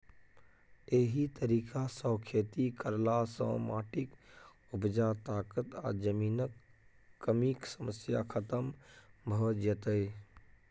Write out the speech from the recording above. एहि तरीका सँ खेती करला सँ माटिक उपजा ताकत आ जमीनक कमीक समस्या खतम भ जेतै